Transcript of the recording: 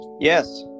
Yes